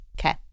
Okay